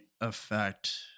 affect